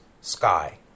sky